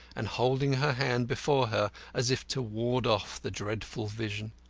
and holding her hands before her as if to ward off the dreadful vision.